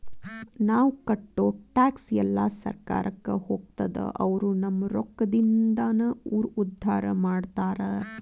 ನಾವ್ ಕಟ್ಟೋ ಟ್ಯಾಕ್ಸ್ ಎಲ್ಲಾ ಸರ್ಕಾರಕ್ಕ ಹೋಗ್ತದ ಅವ್ರು ನಮ್ ರೊಕ್ಕದಿಂದಾನ ಊರ್ ಉದ್ದಾರ ಮಾಡ್ತಾರಾ